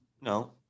no